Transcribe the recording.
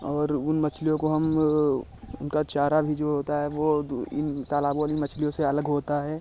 और उन मछलियों को हम उनका चारा भी जो होता है वह दो इन तालाबों वाली मछलियों से अलग होता है